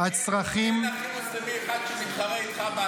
הצרכים -- אין באחים המוסלמים אחד שמתחרה איתך בהסתה.